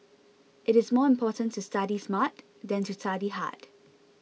it is more important to study smart than to study hard